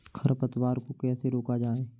खरपतवार को कैसे रोका जाए?